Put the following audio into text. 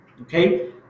okay